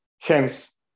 Hence